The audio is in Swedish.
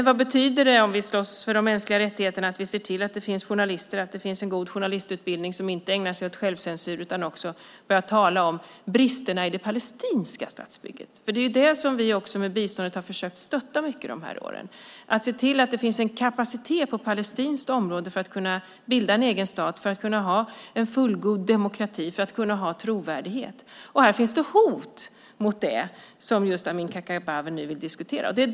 Vad betyder det, om vi slåss för de mänskliga rättigheterna, att det finns en god journalistutbildning för journalister som inte ägnar sig åt självcensur utan också börjar tala om bristerna i det palestinska statsbygget? Genom biståndet har vi försökt stötta den under de här åren. Det gäller att se till att det finns kapacitet på palestinskt område att kunna bilda en egen stat, att kunna ha en fullgod demokrati och trovärdighet. Det finns hot mot det, vilket Amineh Kakabaveh tar upp.